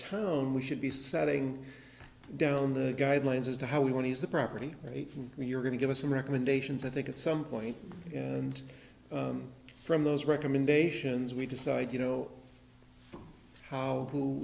town we should be setting down the guidelines as to how we want to use the property rights and we're going to give us some recommendations i think at some point and from those recommendations we decide you know how